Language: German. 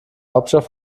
hauptstadt